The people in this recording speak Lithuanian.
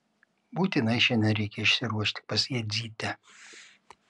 būtinai šiandien reikia išsiruošti pas jadzytę